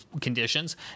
conditions